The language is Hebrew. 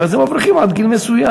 אז הם אברכים עד גיל מסוים,